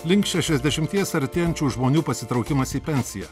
link šešiasdešimties artėjančių žmonių pasitraukimas į pensiją